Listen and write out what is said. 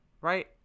right